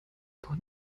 von